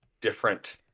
different